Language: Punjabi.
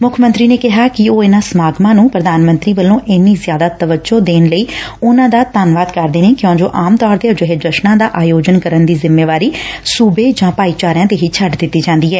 ਮੁੱਖ ਮੰਤਰੀ ਨੇ ਕਿਹਾ ਉਹ ਇਨਾਂ ਸਮਾਗਮਾਂ ਨੰ ਪ੍ਰਧਾਨ ਮੰਤਰੀ ਵੱਲੋਂ ਇੰਨੀ ਜ਼ਿਆਦਾ ਤਵੱਜੋ ਦਿੱਤੇ ਜਾਣ ਲਈ ਉਨਾਂ ਦਾ ਧੰਨਵਾਦ ਕਰਦੇ ਨੇ ਕਿਉਜੋ ਆਮ ਤੌਰ ਤੇ ਅਜਿਹੇ ਜਸ਼ਨਾਂ ਦਾ ਆਯੋਜਨ ਕਰਨ ਦੀ ਜ਼ਿਮੇਵਾਰੀ ਸੁਬੇ ਜਾਂ ਭਾਈਚਾਰਿਆਂ ਤੇ ਹੀ ਛੱਡ ਦਿੱਤੀ ਜਾਂਦੀ ਏ